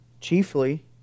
Chiefly